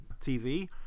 TV